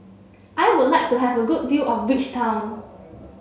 I would like to have a good view of Bridgetown